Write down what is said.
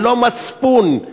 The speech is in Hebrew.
ללא מצפון.